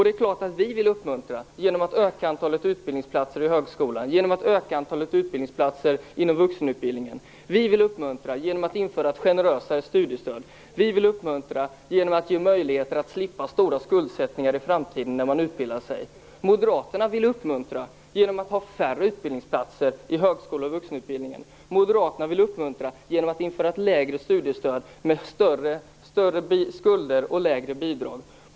Det är klart att vi vill uppmuntra genom att öka antalet utbildningsplatser i högskolan och genom att öka antalet utbildningsplatser i vuxenutbildningen. Vi vill uppmuntra genom att införa ett generösare studiestöd. Vi vill uppmuntra genom att ge de studerande möjligheter att slippa stora skuldsättningar i framtiden när de utbildar sig. Moderaterna vill uppmuntra genom att ha färre utbildningsplatser i högskolan och vuxenutbildningen. Moderaterna vill uppmuntra genom att införa ett lägre studiestöd med större skulder och lägre bidrag.